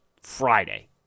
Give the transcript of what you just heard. Friday